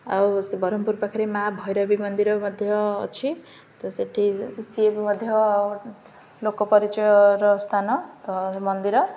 ଆଉ ସେ ବରହମପୁର ପାଖରେ ମାଆ ଭୈରବୀ ମନ୍ଦିର ମଧ୍ୟ ଅଛି ତ ସେଠି ସିଏ ବି ମଧ୍ୟ ଲୋକ ପରିଚୟର ସ୍ଥାନ ତ ମନ୍ଦିର